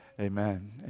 Amen